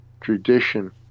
tradition